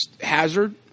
hazard